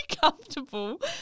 comfortable